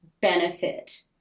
benefit